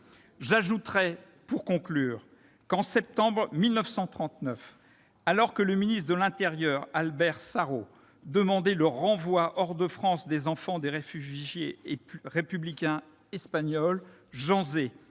d'une école « sans Dieu ». En septembre 1939, alors que le ministre de l'intérieur Albert Sarraut demandait le renvoi hors de France des enfants des réfugiés républicains espagnols, Jean Zay